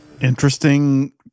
Interesting